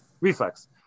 Reflex